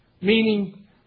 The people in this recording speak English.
Meaning